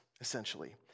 essentially